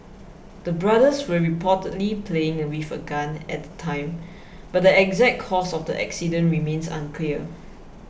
the brothers were reportedly playing with a gun at the time but the exact cause of the accident remains unclear